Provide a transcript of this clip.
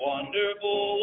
Wonderful